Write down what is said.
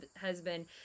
husband